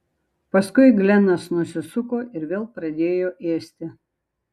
paskui glenas nusisuko ir vėl pradėjo ėsti